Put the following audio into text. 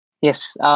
Yes